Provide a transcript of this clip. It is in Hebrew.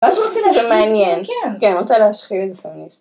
מה את רוצה לעשות? זה מעניין. כן. כן, אני רוצה להשחיל איזה פרניס.